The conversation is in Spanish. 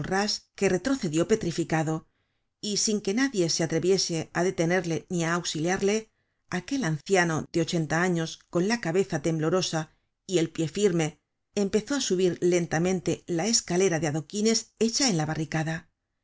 que retrocedió petrificado y sin que nadie se atreviese á detenerle ni á auxiliarle aquel anciano de ochenta años con la cabeza temblorosa y el pie firme empezó á subir lentamente la escalera de adoquines hecha en la barricada